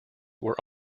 were